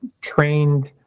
trained